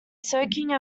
soaking